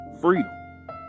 freedom